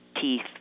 teeth